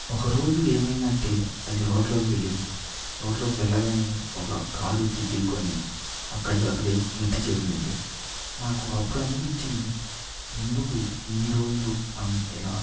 ఒకరోజు ఏమైందంటే అది రోడ్లోకి వెళ్ళింది రోడ్లోకి వెళ్ళగానే ఒక కారొచ్చి ఢీకొని అక్కడికక్కడే మృతి చెందింది నాకు అప్పుడు అనిపిచ్చింది ఎందుకు ఇన్ని రోజులు మనం ఇలా